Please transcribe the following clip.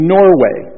Norway